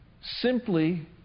simply